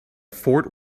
fort